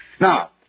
Now